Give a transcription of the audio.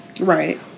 Right